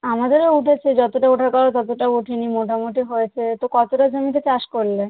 আমাদেরও উঠেছে যতোটা ওঠার কথা ততটা ওঠে নি মোটামোটি হয়েছে তো কতোটা জমিতে চাষ করলে